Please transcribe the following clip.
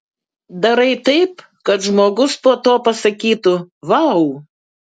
darai taip kad žmogus po to pasakytų vau